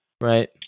Right